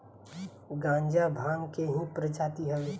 गांजा भांग के ही प्रजाति हवे